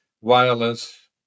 wireless